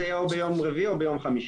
זה יהיה או ביום רביעי או ביום חמישי.